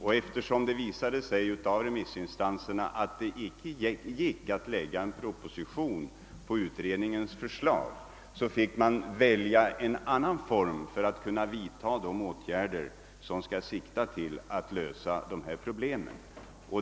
Och eftersom det visade sig av remissinstansernas utlåtanden att någon proposition inte kunde framläggas på utredningens förslag, fick man välja en annan form för att kunna vidtaga de åtgärder som skall sikta till att lösa detta problem.